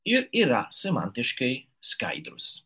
ji yra semantiškai skaidrūs